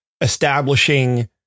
establishing